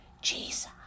Jesus